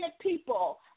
people